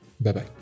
Bye-bye